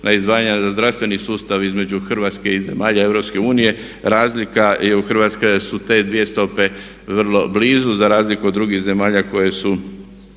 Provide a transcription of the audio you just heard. na izdvajanja za zdravstveni sustav između Hrvatske i zemalja EU razlika je da su te 2 stope vrlo blizu za razliku od drugih zemalja gdje je